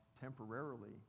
temporarily